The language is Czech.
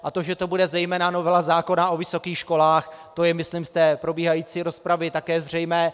A to, že to bude zejména novela zákona o vysokých školách, to je myslím z té probíhající rozpravy také zřejmé.